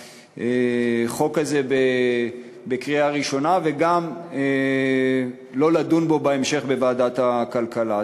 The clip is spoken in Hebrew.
החוק הזה בקריאה ראשונה וגם לא לדון בו בהמשך בוועדת הכלכלה.